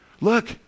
Look